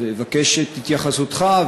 אז אבקש את התייחסותך,